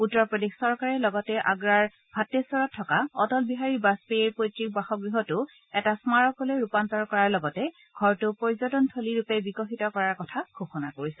উত্তৰ প্ৰদেশ চৰকাৰে লগতে আগ্ৰাৰ ভাটেশ্বৰত থকা অটল বিহাৰী বাজপেয়ীৰ পৈত্ৰিক বাসগৃহতো এটা স্মাৰকলৈ ৰূপান্তৰ কৰাৰ লগতে ঘৰটো পৰ্যটনথলীৰূপে বিকশিত কৰাৰ কথা ঘোষণা কৰিছে